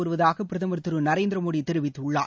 வருவதாக பிரதமர் திரு நரேந்திரமோடி தெரிவித்துள்ளார்